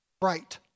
bright